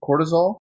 cortisol